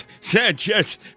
Sanchez